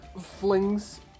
flings